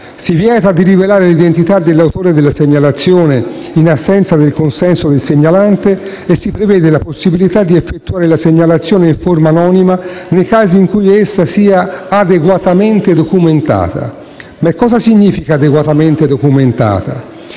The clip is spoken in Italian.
Si vieta di rivelare l'identità dell'autore della segnalazione in assenza del consenso del segnalante e si prevede la possibilità di effettuare la segnalazione in forma anonima nei casi in cui essa sia adeguatamente documentata. Ma cosa significa «adeguatamente documentata»?